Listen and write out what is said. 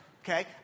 Okay